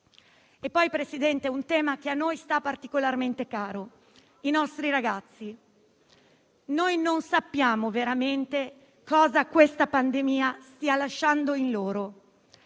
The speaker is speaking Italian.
Presidente, ricordo un tema che a noi è particolarmente caro: i nostri ragazzi. Noi non sappiamo veramente cosa questa pandemia stia lasciando in loro.